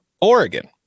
Oregon